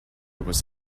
was